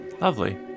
lovely